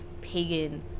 pagan